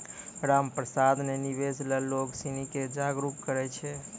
रामप्रसाद ने निवेश ल लोग सिनी के जागरूक करय छै